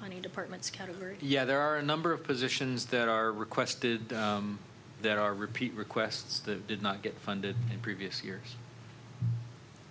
many departments category yeah there are a number of positions that are requested there are repeat requests that did not get funded in previous years